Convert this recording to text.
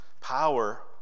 power